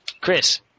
Chris